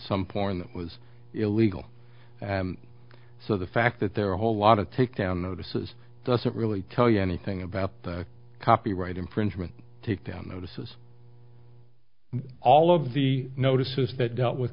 some porn that was illegal so the fact that there are a whole lot of takedown notices doesn't really tell you anything about the copyright infringement takedown notices all of the notices that dealt with